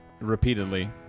repeatedly